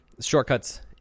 shortcuts